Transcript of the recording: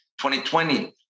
2020